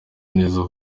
neza